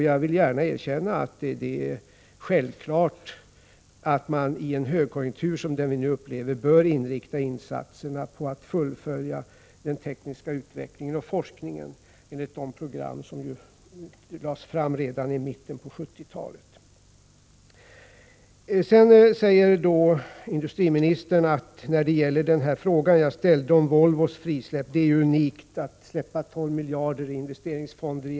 Jag vill gärna erkänna att det är självklart att man i en högkonjunktur som den nuvarande bör inrikta insatserna på att fullfölja den tekniska utvecklingen och forskningen enligt de program som lades fram redan i mitten av 1970-talet. Sedan sade industriministern beträffande min fråga om Volvofrisläppet att det är unikt att i ett svep släppa 12 miljarder kronor när det gäller investeringsfonderna.